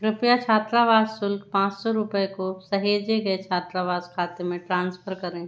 कृपया छात्रावास शुल्क पाँच सौ रुपय को सहेजे गए छात्रावास खाते में ट्रांसफ़र करें